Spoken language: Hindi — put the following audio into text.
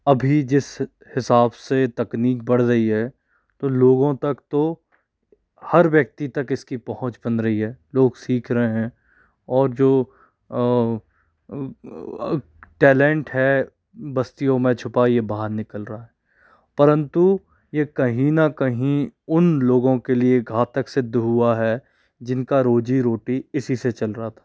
अभी जिस हिसाब से तकनीक बढ़ रही है तो लोगों तक तो हर व्यक्ति तक इसकी पहुँच बन रही है लोग सीख रहे हैं और जो टैलेंट है बस्तियों में छुपा ये बाहर निकल रहा है परंतु ये कहीं ना कहीं उन लोगों के लिए घातक सिद्ध हुआ है जिनका रोजी रोटी इसी से चल रहा था